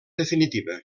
definitiva